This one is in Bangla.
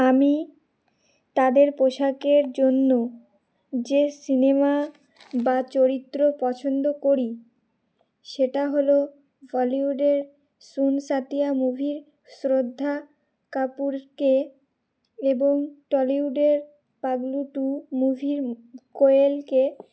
আমি তাদের পোশাকের জন্য যে সিনেমা বা চরিত্র পছন্দ করি সেটা হলো বলিউডের সোন সাথিয়া মুভির শ্রদ্ধা কাপুরকে এবং টলিউডের পাগলু টু মুভির কোয়েলকে